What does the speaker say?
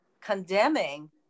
condemning